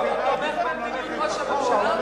אתה תומך במדיניות ראש הממשלה?